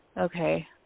Okay